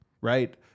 right